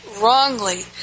wrongly